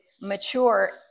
mature